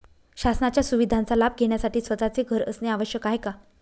शासनाच्या सुविधांचा लाभ घेण्यासाठी स्वतःचे घर असणे आवश्यक आहे का?